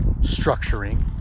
structuring